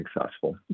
successful